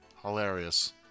Hilarious